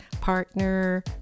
partner